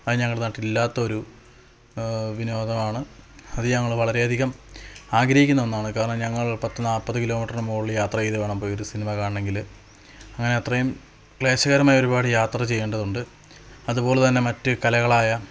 അത് ഞങ്ങളുടെ നാട്ടിലില്ലാത്തൊരു വിനോദമാണ് അത് ഞങ്ങള് വളരെയധികം ആഗ്രഹിക്കുന്ന ഒന്നാണ് കാരണം ഞങ്ങൾ പത്ത് നാല്പത് കിലോമീറ്ററിനു മുകളില് യാത്രചെയ്തു വേണം പോയി ഒരു സിനിമ കാണണമെങ്കില് അങ്ങന അത്രയും ക്ലേശകരമായി ഒരുപാട് യാത്ര ചെയ്യേണ്ടതുണ്ട് അതുപോലെതന്നെ മറ്റു കലകളായ